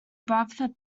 bradford